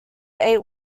eight